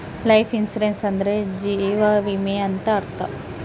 life insurance ಅಂದ್ರೆ ಜೀವ ವಿಮೆ ಅಂತ ಅರ್ಥ